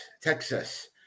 Texas